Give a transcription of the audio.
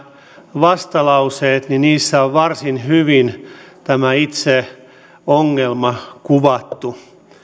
vastalauseet niin niissä on varsin hyvin tämä itse ongelma kuvattu